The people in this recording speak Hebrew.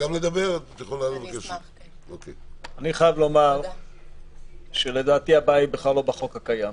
אני חייב לומר שלדעתי הבעיה בכלל לא בחוק הקיים.